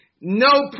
no